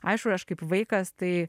aišku aš kaip vaikas tai